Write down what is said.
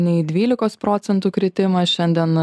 nei dvylikos procentų kritimą šiandien